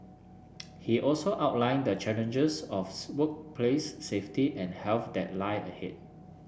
he also outlined the challenges of workplace safety and health that lie ahead